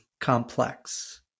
complex